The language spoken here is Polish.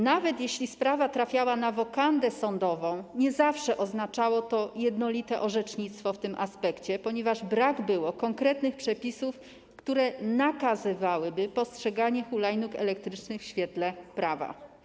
Nawet jeśli sprawa trafiała na wokandę sądową, nie zawsze oznaczało to jednolite orzecznictwo w tym aspekcie, ponieważ brak było konkretnych przepisów, które nakazywałyby, jak postrzegać hulajnogi elektryczne w świetle prawa.